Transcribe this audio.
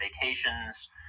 vacations